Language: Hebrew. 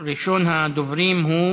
ראשון הדוברים הוא